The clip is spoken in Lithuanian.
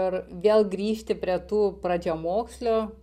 ir vėl grįžti prie tų pradžiamokslio